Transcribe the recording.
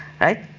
Right